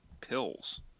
Pills